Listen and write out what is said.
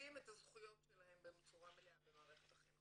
הזכויות שלהם בצורה מלאה במערכת החינוך.